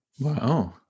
Wow